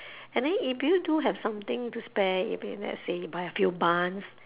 and then if you do have something to spare if you let's say buy a few buns